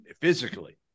physically